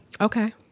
Okay